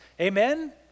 amen